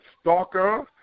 stalker